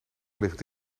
ligt